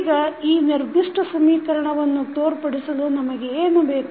ಈಗ ಈ ನಿರ್ದಿಷ್ಟ ಸಮೀಕರಣವನ್ನು ತೋರ್ಪಡಿಸಲು ನಮಗೆ ಏನು ಬೇಕು